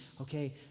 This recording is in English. okay